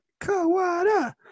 Kawada